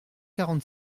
quarante